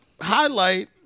highlight